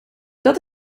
dat